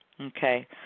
okay